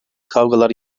kavgalar